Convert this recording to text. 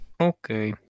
Okay